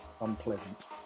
unpleasant